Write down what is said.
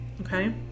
okay